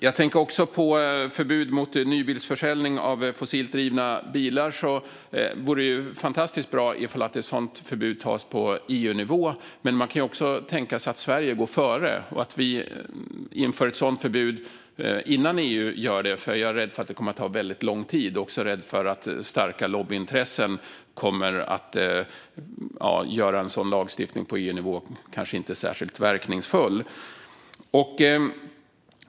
Jag tänker också på förbud mot nybilsförsäljning av fossilt drivna bilar och att det vore fantastiskt bra om beslut om ett sådant förbud tas på EU-nivå. Men man kan också tänka sig att Sverige går före och inför ett sådant förbud innan EU gör det. Jag är rädd att det kommer att ta väldigt lång tid och också att starka lobbyintressen kommer att göra att en sådan lagstiftning på EU-nivå inte blir särskilt verkningsfull.